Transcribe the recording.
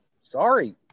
sorry